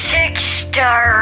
Six-star